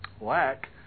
lack